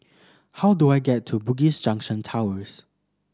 how do I get to Bugis Junction Towers